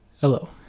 hello